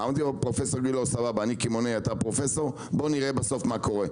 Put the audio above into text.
אמרתי לו שאני קמעונאי והוא פרופסור בוא נראה בסוף מה קורה.